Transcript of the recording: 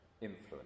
influence